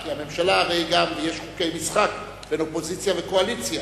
כי הרי יש חוקי משחק בין אופוזיציה לקואליציה,